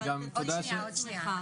הערה ראשונה,